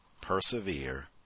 persevere